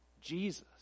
Jesus